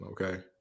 okay